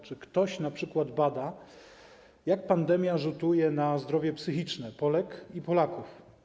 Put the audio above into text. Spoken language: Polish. Czy ktoś np. bada, jak pandemia rzutuje na zdrowie psychiczne Polek i Polaków?